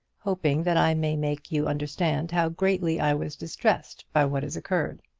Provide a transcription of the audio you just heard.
hoping that i may make you understand how greatly i was distressed by what has occurred.